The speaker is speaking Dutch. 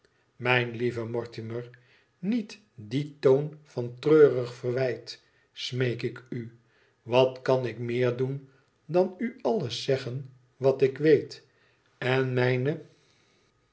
mijn lieve mortimer niet dien toon van treurig verwijt smeek ik u wat kan ik meer doen dan u alles zeggen wat ik weet en mijne